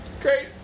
great